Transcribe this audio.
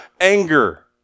anger